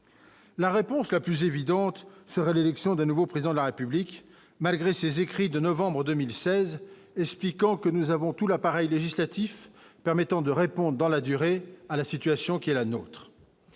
la réponse la plus évidente serait l'élection d'un nouveau président de la République, malgré ses écrits de novembre 2016, expliquant que nous avons tous l'appareil législatif permettant de répondant dans la durée à la situation qui est la nôtre,